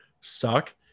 suck